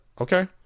okay